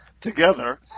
together